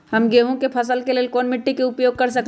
हम गेंहू के फसल के लेल कोन मिट्टी के उपयोग कर सकली ह?